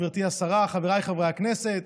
גברתי השרה, חבריי חברי הכנסת,